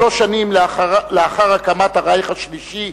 שלוש שנים לאחר הקמת הרייך השלישי,